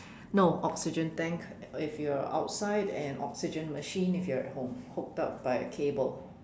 no oxygen tank uh if you're outside an oxygen machine if you're at home hooked up by a cable